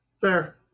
Fair